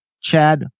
Chad